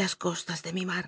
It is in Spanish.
las costas de mi mar